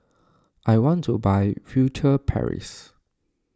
I want to buy Furtere Paris